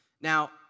Now